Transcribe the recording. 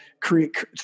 create